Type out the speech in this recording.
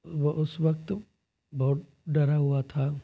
वो उस वक्त बहुत डरा हुआ था